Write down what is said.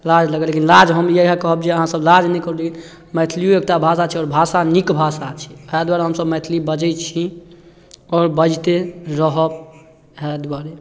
लाज लागल लेकिन लाज हम इएह कहब जे अहाँसब लाज नहि करू मैथिलिओ एकटा भाषा छै आओर नीक भाषा छै वएह दुआरे हमसब मैथिली बाजै छी आओर बाजिते रहब इएह दुआरे